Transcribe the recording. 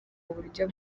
buryo